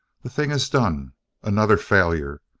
the thing is done another failure.